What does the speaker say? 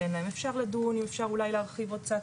אפשר לדון אם אפשר אולי להרחיב עוד קצת,